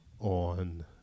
on